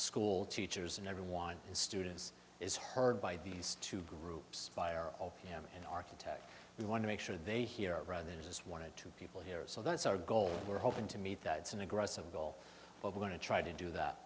school teachers and everyone and students is heard by these two groups by are all an architect we want to make sure they hear rather than just wanted to people here so that's our goal and we're hoping to meet that it's an aggressive goal but we're going to try to do that